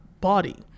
body